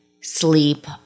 sleep